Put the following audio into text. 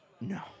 No